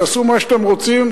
תעשו מה שאתם רוצים.